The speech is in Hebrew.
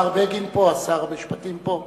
השר בגין פה, שר המשפטים פה.